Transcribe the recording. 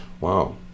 wow